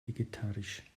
vegetarisch